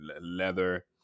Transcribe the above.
Leather